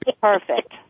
Perfect